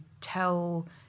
tell